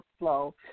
workflow